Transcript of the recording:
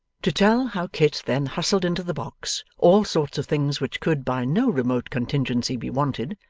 to tell how kit then hustled into the box all sorts of things which could, by no remote contingency, be wanted,